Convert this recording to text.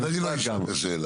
אז אני לא אשאל את השאלה.